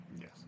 Yes